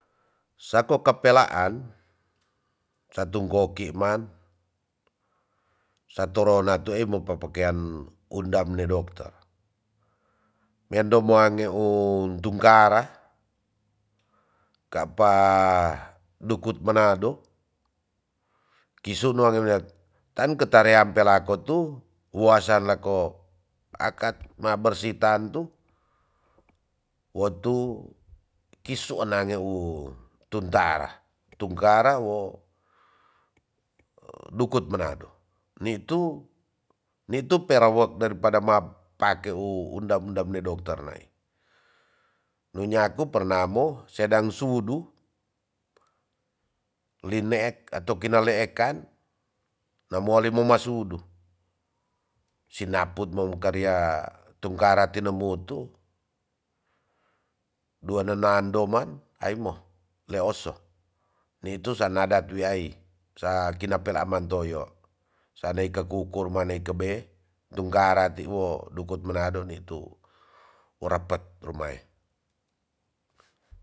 Sako kapelaan satung koki man satorona toe ma papakean undam de dokter mendo muange um tungkara kapa dukut manado kiso noa gewet tan ketaroan palako tu wasa nako akat ma bersih tantu wotu kisu enange u tuntara tungara wo dukut manado nitu nitu perawok daripada ma pake u undam undam ne dokter nai nu nyaku pernah mo sedang sudu lineek ato kina leekan na moali mo ma sdu sinaput mo karia tungkara tinawutu dua nenando man aimo leoso nitu se nadat wiai sa kina pela mantoyo sanei ka kukur mane kebe tungkara ti wo dukut manado nitu urapet rumae.